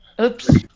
Oops